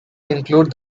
include